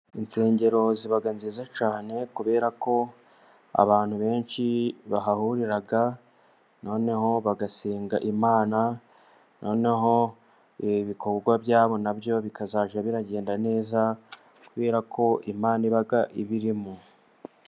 Insengero ziba nziza cyane, kubera ko abantu benshi bahahurira noneho bagasenga Imana, noneho ibikorwa byabo nabyo bikazajya biragenda neza, kubera ko Imana iba ibirimo.